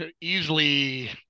easily –